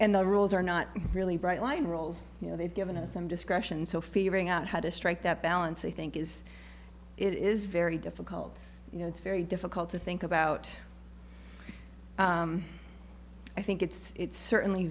and the rules are not really bright line roles you know they've given us some discretion so figuring out how to strike that balance i think is it is very difficult you know it's very difficult to think about i think it's certainly